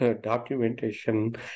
documentation